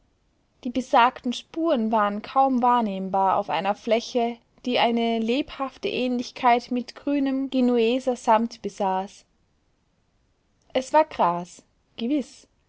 die besagten spuren waren kaum wahrnehmbar auf einer fläche die eine lebhafte ähnlichkeit mit grünem genueser samt besaß es war gras gewiß